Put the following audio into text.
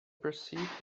perceived